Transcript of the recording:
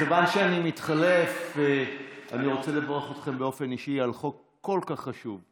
מכיוון שאני מתחלף אני רוצה לברך אתכן באופן אישי על חוק כל כך חשוב.